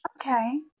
okay